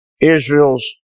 Israel's